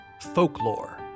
folklore